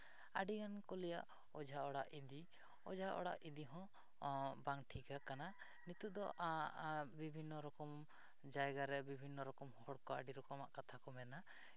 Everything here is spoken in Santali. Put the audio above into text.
ᱟᱹᱰᱤᱜᱟᱱ ᱠᱚ ᱞᱟᱹᱭᱟ ᱚᱡᱷᱟ ᱚᱲᱟᱜ ᱤᱫᱤ ᱚᱡᱷᱟ ᱚᱲᱟᱜ ᱤᱫᱤ ᱦᱚᱸ ᱵᱟᱝ ᱴᱷᱤᱠᱟᱹᱜ ᱠᱟᱱᱟ ᱱᱤᱛᱚᱜ ᱫᱚ ᱵᱤᱵᱷᱤᱱᱱᱚ ᱨᱚᱠᱚᱢ ᱡᱟᱭᱜᱟᱨᱮ ᱵᱤᱵᱷᱤᱱᱱᱚ ᱨᱚᱠᱚᱢ ᱦᱚᱲᱠᱚ ᱟᱹᱰᱤ ᱨᱚᱠᱚᱢᱟᱜ ᱠᱟᱛᱷᱟ ᱠᱚ ᱢᱮᱱᱟ